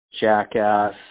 Jackass